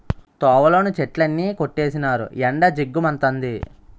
తోవలోని చెట్లన్నీ కొట్టీసినారు ఎండ జిగ్గు మంతంది